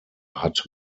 hat